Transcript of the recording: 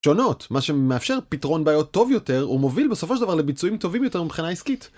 שונות, מה שמאפשר פתרון בעיות טוב יותר, הוא מוביל בסופו של דבר לביצועים טובים יותר מבחינה עסקית.